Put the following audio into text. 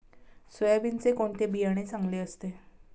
सोयाबीनचे कोणते बियाणे चांगले असते?